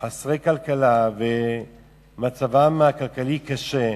חסרי אמצעים, שמצבם הכלכלי קשה,